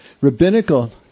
Rabbinical